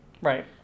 Right